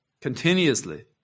Continuously